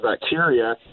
bacteria